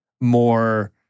more